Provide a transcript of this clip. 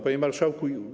Panie Marszałku!